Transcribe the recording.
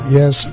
yes